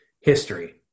History